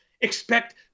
expect